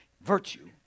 Virtue